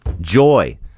Joy